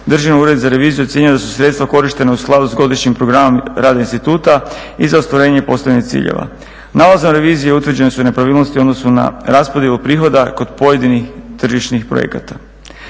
Državni ured za reviziju ocjenjuje da su sredstva korištena u skladu sa godišnjim programom rada instituta i za ostvarenje postavljenih ciljeva. Nalazom revizije utvrđene su nepravilnosti u odnosu na raspodjelu prihoda kod pojedinih tržišnih projekata.